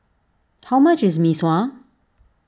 how much is Mee Sua